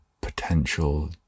potential